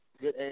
good